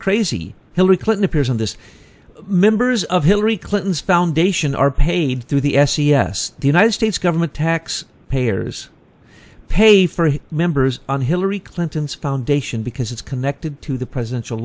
crazy hillary clinton peers on this members of hillary clinton's foundation are paid through the s e s the united states government tax payers pay for members on hillary clinton's foundation because it's connected to the presidential